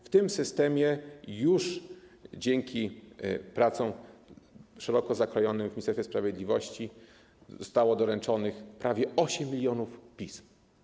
W tym systemie już dzięki szeroko zakrojonym pracom w Ministerstwie Sprawiedliwości zostało doręczonych prawie 8 mln pism.